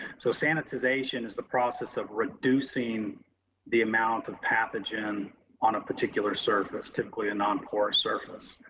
so sanitization is the process of reducing the amount of pathogen on a particular surface, typically a non-porous surface.